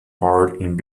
part